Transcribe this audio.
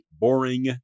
boring